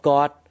God